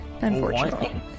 Unfortunately